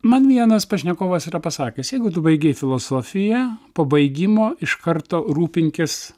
man vienas pašnekovas yra pasakęs jeigu tu baigei filosofiją po baigimo iš karto rūpinkis